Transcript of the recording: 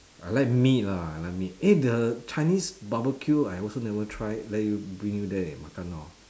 I like meat lah I like meat eh the chinese barbeque I also never try let you bring you there and makan now ah